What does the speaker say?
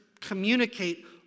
communicate